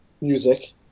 music